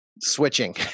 switching